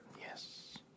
Yes